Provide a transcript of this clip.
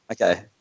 Okay